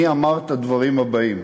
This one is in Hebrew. מי אמר את הדברים הבאים,